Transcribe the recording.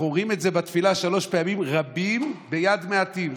אנחנו אומרים את זה בתפילה שלוש פעמים: רבים ביד מעטים.